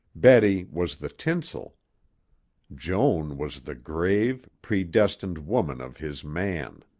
betty was the tinsel joan was the grave, predestined woman of his man.